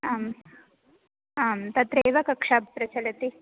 आम् आं तत्रैव कक्षा प्रचलति